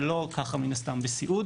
זה לא כך מן הסתם בסיעוד.